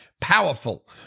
powerful